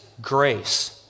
grace